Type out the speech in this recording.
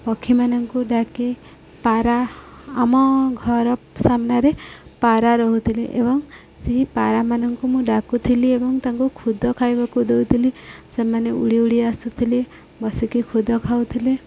ପକ୍ଷୀମାନଙ୍କୁ ଡାକି ପାରା ଆମ ଘର ସାମ୍ନାରେ ପାରା ରହୁଥିଲେ ଏବଂ ସେହି ପାରାମାନଙ୍କୁ ମୁଁ ଡାକୁଥିଲି ଏବଂ ତାଙ୍କୁ ଖୁଦ ଖାଇବାକୁ ଦଉଥିଲି ସେମାନେ ଉଡ଼ି ଉଡ଼ି ଆସୁଥିଲେ ବସିକି ଖୁଦ ଖାଉଥିଲେ